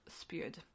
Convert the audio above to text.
spewed